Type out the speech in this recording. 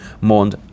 mourned